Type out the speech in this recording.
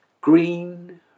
green